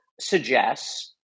suggests